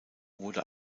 wurde